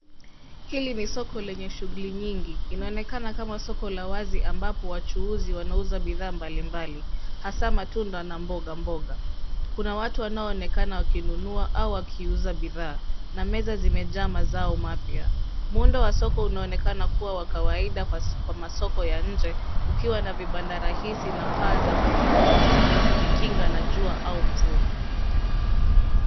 Hili ni soko lenye shughuli nyingi. Inaonekana kama soko la wazi ambapo wachuuzi wanauza bidhaa mbalimbali hasa matunda na mbogamboga .Kuna watu wanaoonekana wakinunua au wakiuza bidhaa na meza zimejaa mazao mapya. Muundo wa soko unaonekana kuwa wa kawaida kwa masoko ya nje ukiwa na vibanda rahisi na paa za kujikinga na jua au mvua.